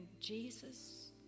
Jesus